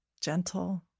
gentle